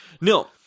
No